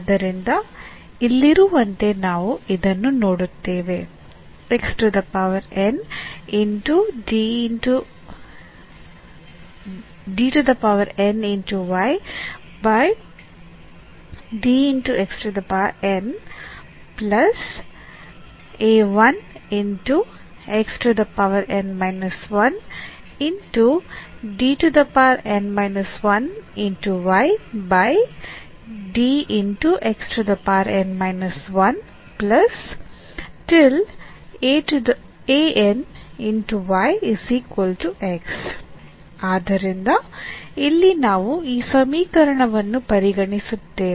ಆದ್ದರಿಂದ ಇಲ್ಲಿರುವಂತೆ ನಾವು ಇದನ್ನು ನೋಡುತ್ತೇವೆ ಆದ್ದರಿಂದ ಇಲ್ಲಿ ನಾವು ಈ ಸಮೀಕರಣವನ್ನು ಪರಿಗಣಿಸುತ್ತೇವೆ